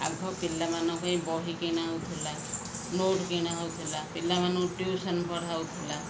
ଆଗ ପିଲାମାନଙ୍କ ପାଇଁ ବହି କିଣା ହଉଥିଲା ନୋଟ୍ କିଣା ହଉଥିଲା ପିଲାମାନଙ୍କୁ ଟ୍ୟୁସନ୍ ପଢ଼ା ହଉ ଥିଲା